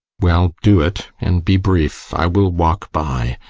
well, do it, and be brief i will walk by.